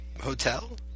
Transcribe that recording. hotel